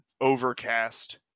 overcast